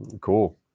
Cool